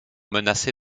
menacé